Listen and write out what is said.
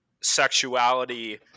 sexuality